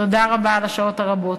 תודה רבה על השעות הרבות,